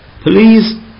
Please